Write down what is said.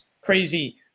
crazy